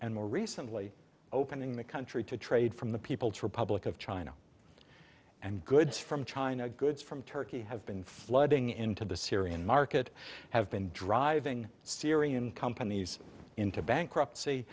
and more recently opening the country to trade from the people's republic of china and goods from china goods from turkey have been flooding into the syrian market have been driving syrian companies into bankruptcy